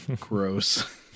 gross